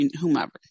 whomever